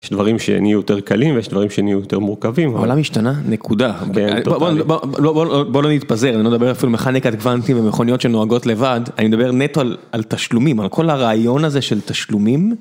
יש דברים שנהיו יותר קלים ויש דברים שנהיו יותר מורכבים. העולם המשתנה נקודה. בוא לא נתפזר, אני לא מדבר אפילו מכניקת קואנטים ומכוניות שנוהגות לבד, אני מדבר נטו על תשלומים, על כל הרעיון הזה של תשלומים.